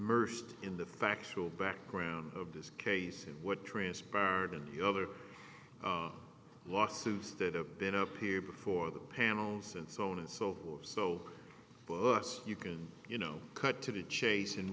mersed in the factual background of this case and what transpired and the other lawsuits that have been up here before the panels and so on and so forth so bus you can you know cut to the chase and